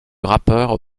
rappeur